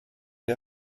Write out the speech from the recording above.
der